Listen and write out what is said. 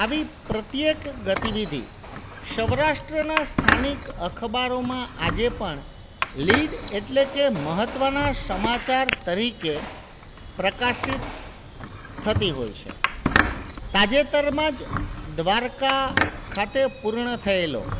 આવી પ્રત્યેક ગતિવિધિ સૌરાષ્ટ્રના સ્થાનિક અખબારોમાં આજે પણ લીડ એટલે કે મહત્ત્વના સમાચાર તરીકે પ્રકાશિત થતી હોય છે તાજેતરમાં જ દ્વારિકા ખાતે પૂર્ણ થએલો